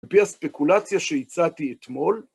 לפי הספקולציה שהצעתי אתמול,